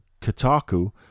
Kotaku